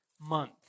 month